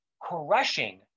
crushing